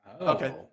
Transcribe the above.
Okay